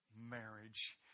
Marriage